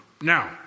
Now